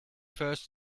first